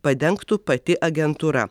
padengtų pati agentūra